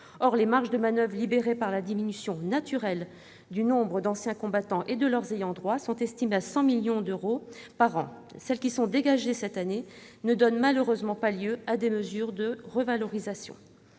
Or les marges de manoeuvre libérées par la diminution naturelle du nombre d'anciens combattants et de leurs ayants droit sont estimées à 100 millions d'euros par an. Celles qui sont dégagées cette année ne donnent malheureusement pas lieu à des mesures de revalorisation.